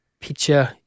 picture